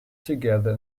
together